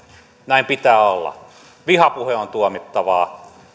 näin pitää olla vihapuhe on tuomittavaa